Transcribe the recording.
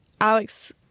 Alex